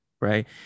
Right